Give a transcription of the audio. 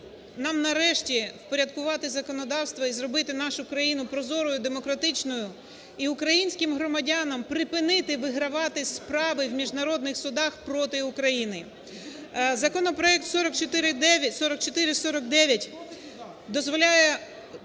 нам нарешті впорядкувати законодавство і зробити нашу країну прозорою, демократичною, і українським громадянам припинити вигравати справи у міжнародних судах проти України. Законопроект 4449 дозволяє